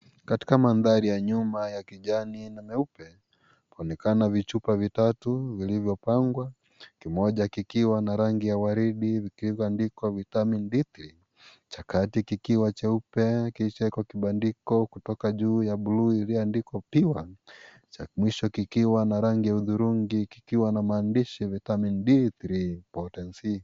Katika mandhari ya nyuma ya kijani na nyeupe, yaonekana vichupa vitatu vilivyopangwa, Kimoja kikiwa na rangi ya waridi kilicho andikwa "Vitamin D3", cha kati kikiwa cheupe kilicho na kibandiko kutoka juu ya bluu iliyoandikwa "Pure", cha mwisho kikiwa na rangi ya udhurungi kikiwa na maandishi "Vitamin D3 Potency".